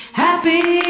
happy